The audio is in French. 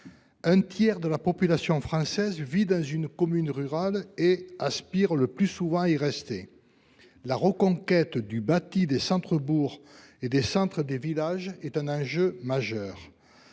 Un tiers de la population française vit dans une commune rurale et aspire le plus souvent à y rester. La reconquête du bâti des centres bourgs et des centres de village constitue un enjeu majeur.